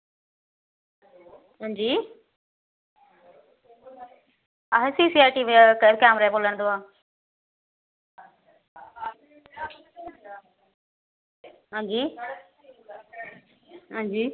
हां जी अस सी सी टी वी कैमरे आह्ले बोल्ला ने हंजी हंजी